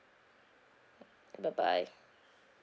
mm bye bye